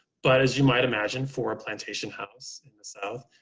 but as you might imagine, for a plantation house in the south,